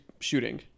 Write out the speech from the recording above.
shooting